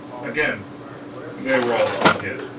again they were all unhit